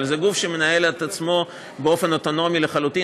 אבל זה גוף שמנהל את עצמו באופן אוטונומי לחלוטין.